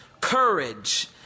courage